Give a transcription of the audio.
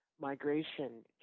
migration